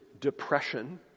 depression